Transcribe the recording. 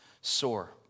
sore